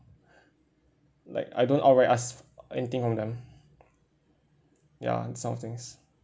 like I don't outright ask anything from them ya some things